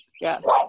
Yes